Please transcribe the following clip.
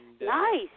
Nice